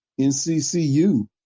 NCCU